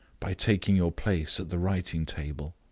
by taking your place at the writing-table?